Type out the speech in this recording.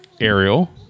Ariel